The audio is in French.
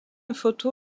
photo